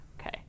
Okay